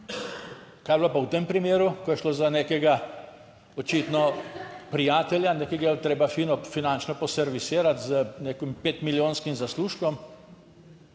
Kaj je bilo pa v tem primeru, ko je šlo za nekega očitno prijatelja, ki ga je bilo treba fino finančno poservisirati z nekim pet milijonskim zaslužkom,